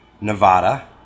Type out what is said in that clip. nevada